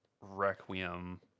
Requiem